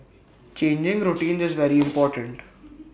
changing routines is very important